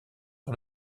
par